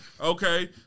Okay